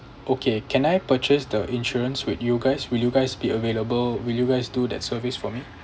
okay can I purchased the insurance with you guys will you guys be available will you guys do that service for me